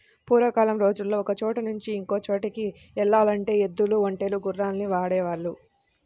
పూర్వకాలం రోజుల్లో ఒకచోట నుంచి ఇంకో చోటుకి యెల్లాలంటే ఎద్దులు, ఒంటెలు, గుర్రాల్ని వాడేవాళ్ళు